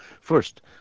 First